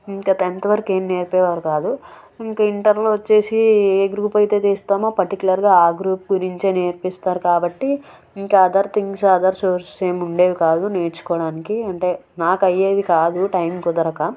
ఇంకా టెన్త్ వరకు ఏం నేర్పేవారు కాదు ఇంకా ఇంటర్లో వచ్చేసి ఏ గ్రూప్ అయితే చేస్తామో పర్టికులర్గా ఆ గ్రూప్ గురించి నేర్పిస్తారు కాబట్టి ఇంకా అదర్ థింగ్స్ అదర్ సోర్సెస్ ఏముండేది కాదు నేర్చుకోవడానికి అంటే నాకు అయ్యేది కాదు టైం కుదరక